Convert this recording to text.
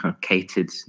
catered